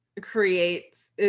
creates